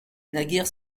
naguère